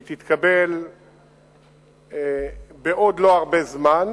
היא תתקבל בעוד לא הרבה זמן,